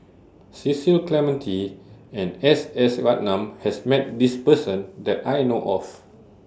Cecil Clementi and S S Ratnam has Met This Person that I know of